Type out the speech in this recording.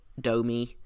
Domi